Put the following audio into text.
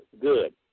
Good